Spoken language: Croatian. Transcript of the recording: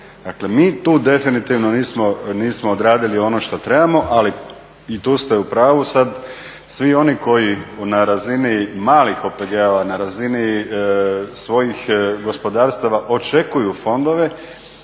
Dakle mi tu definitivno nismo odradili ono što trebamo. Ali i tu ste u pravu, sad svi oni koji na razini malih OPG-ova, na razini svojih gospodarstava očekuju fondove